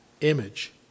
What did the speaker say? image